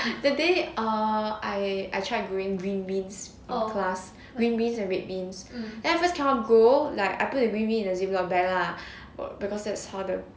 the day err I I try growing green beans in my class green beans and red beans then after that cannot grow like I put the green beans in the ziplock bag lah because that's how the